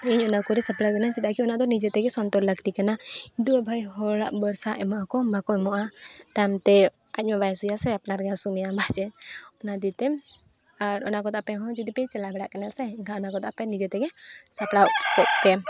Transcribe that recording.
ᱤᱧ ᱚᱱᱟ ᱠᱚᱨᱮᱧ ᱥᱟᱯᱲᱟᱣ ᱮᱱᱟ ᱪᱮᱫᱟᱜ ᱠᱤ ᱚᱱᱟ ᱫᱚ ᱱᱤᱡᱮᱛᱮᱜᱮ ᱥᱚᱛᱚᱨ ᱞᱟᱹᱠᱛᱤ ᱠᱟᱱᱟ ᱤᱫᱩ ᱵᱷᱟᱭ ᱦᱚᱲᱟᱜ ᱵᱚᱨᱥᱟ ᱮᱢᱟᱣᱠᱚᱢ ᱵᱟᱠᱚ ᱮᱢᱚᱟᱜᱼᱟ ᱛᱟᱭᱚᱢᱛᱮ ᱟᱡᱢᱟ ᱵᱟᱭ ᱦᱟᱥᱩᱭᱮᱭᱟ ᱥᱮ ᱟᱢᱜᱮ ᱦᱟᱥᱩ ᱢᱮᱭᱟ ᱵᱟᱝᱥᱮ ᱚᱱᱟ ᱫᱤᱭᱮᱛᱮ ᱟᱨ ᱚᱱᱟ ᱠᱚᱫᱚ ᱟᱯᱮ ᱦᱚᱸ ᱡᱩᱫᱤᱯᱮ ᱪᱟᱞᱟᱣ ᱵᱟᱲᱟᱜ ᱠᱟᱱᱟ ᱥᱮ ᱮᱱᱠᱷᱟᱱ ᱚᱱᱟ ᱠᱚᱫᱚ ᱟᱯᱮ ᱱᱤᱡᱮᱛᱮᱜᱮ ᱥᱟᱯᱲᱟᱣ ᱠᱚᱜ ᱯᱮ